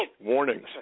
warnings